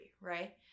right